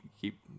keep